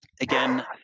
again